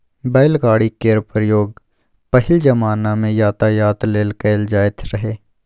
बैलगाड़ी केर प्रयोग पहिल जमाना मे यातायात लेल कएल जाएत रहय